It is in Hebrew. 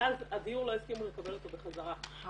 ואז הדיור לא הסכימו לקבל אותו בחזרה כי